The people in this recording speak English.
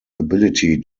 ability